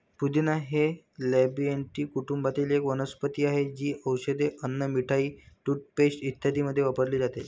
पुदिना हे लॅबिएटी कुटुंबातील एक वनस्पती आहे, जी औषधे, अन्न, मिठाई, टूथपेस्ट इत्यादींमध्ये वापरली जाते